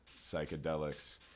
psychedelics